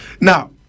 now